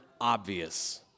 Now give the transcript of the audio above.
obvious